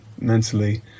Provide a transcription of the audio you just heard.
mentally